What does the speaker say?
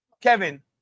Kevin